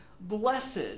blessed